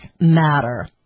matter